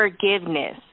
Forgiveness